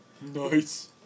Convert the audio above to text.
Nice